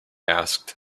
asked